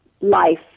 life